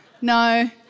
No